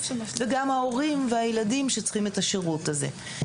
וגם ההורים והילדים שצריכים את השירות הזה,